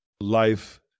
Life